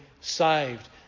Saved